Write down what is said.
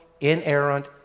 inerrant